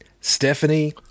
Stephanie